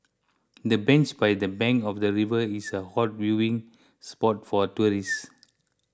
the bench by the bank of the river is a hot viewing spot for tourists